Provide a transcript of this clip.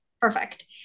Perfect